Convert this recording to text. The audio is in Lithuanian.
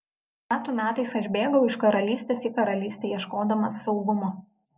metų metais aš bėgau iš karalystės į karalystę ieškodamas saugumo